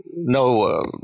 no